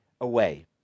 away